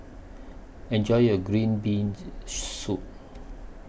Enjoy your Green Beans Soup